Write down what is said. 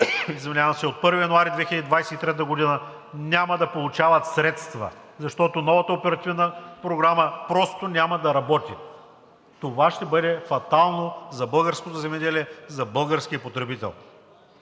земеделци от 1 януари 2023 г. няма да получават средства, защото новата оперативна програма просто няма да работи. Това ще бъде фатално за българското земеделие, за българския потребител.